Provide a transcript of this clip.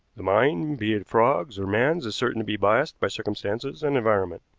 the mind, be it frog's or man's, is certain to be biased by circumstances and environment.